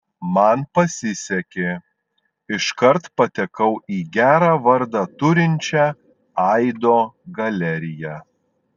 man pasisekė iškart patekau į gerą vardą turinčią aido galeriją